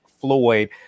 floyd